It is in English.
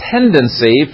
tendency